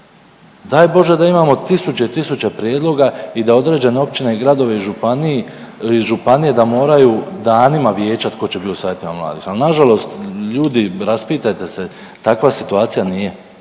Daj Bože da imamo tisuće i tisuće prijedloga i da određene općine i gradovi i županiji, županije da moraju danima vijećati tko će biti u savjetima mladih, ali nažalost ljudi, raspitajte se, takva situacija nije.